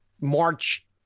March